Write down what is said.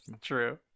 True